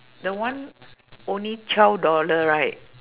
the one only twelve dollar right